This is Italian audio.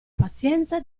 pazienza